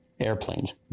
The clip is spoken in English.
Airplanes